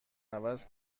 عوض